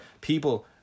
people